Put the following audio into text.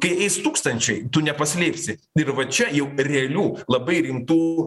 kai eis tūkstančiai tu nepaslėpsi ir va čia jau realių labai rimtų